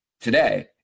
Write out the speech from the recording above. today